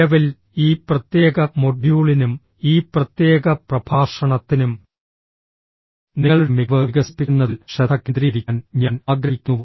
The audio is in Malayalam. നിലവിൽ ഈ പ്രത്യേക മൊഡ്യൂളിനും ഈ പ്രത്യേക പ്രഭാഷണത്തിനും നിങ്ങളുടെ മികവ് വികസിപ്പിക്കുന്നതിൽ ശ്രദ്ധ കേന്ദ്രീകരിക്കാൻ ഞാൻ ആഗ്രഹിക്കുന്നു